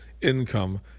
income